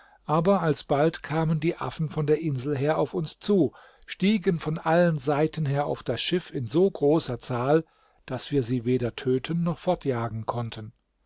aber alsbald kamen die affen von der insel her auf uns zu stiegen von allen seiten her auf das schiff in so großer zahl daß wir sie weder töten noch fortjagen konnten